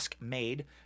made